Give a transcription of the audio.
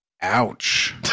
Ouch